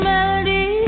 Melody